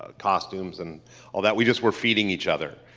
ah costumes, and all that, we just were feeding each other.